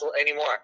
anymore